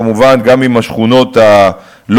כמובן גם עם השכונות הלא-יהודיות,